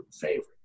favorite